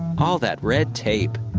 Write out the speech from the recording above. all that red tape.